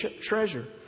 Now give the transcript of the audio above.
treasure